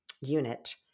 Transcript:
unit